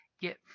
get